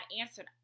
answered